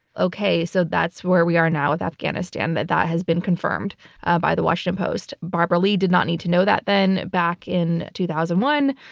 okay. so that's where we are now with afghanistan that that has been confirmed ah by the washington post. barbara lee did not need to know that then. back in two thousand and one,